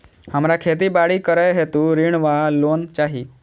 हमरा खेती बाड़ी करै हेतु ऋण वा लोन चाहि?